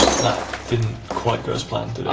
that didn't quite go as planned,